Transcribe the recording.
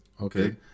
Okay